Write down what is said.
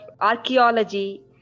archaeology